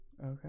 Okay